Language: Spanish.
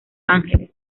ángeles